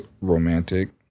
romantic